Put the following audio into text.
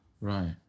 Right